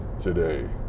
today